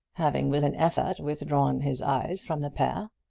having with an effort withdrawn his eyes from the pair.